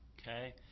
okay